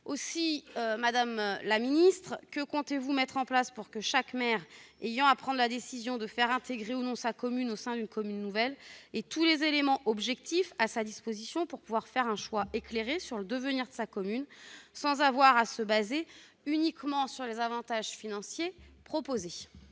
Aussi, madame la ministre, que comptez-vous mettre en place pour que chaque maire ayant à prendre la décision d'intégrer ou non sa commune au sein d'une commune nouvelle ait tous les éléments objectifs à sa disposition afin de pouvoir faire un choix éclairé sur le devenir de sa commune, sans avoir à se fonder uniquement sur les avantages financiers proposés ?